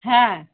হ্যাঁ